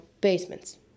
basements